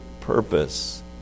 purpose